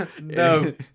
No